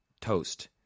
Toast